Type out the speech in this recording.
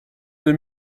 deux